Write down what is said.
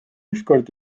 ükskord